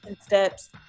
steps